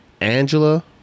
Angela